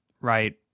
right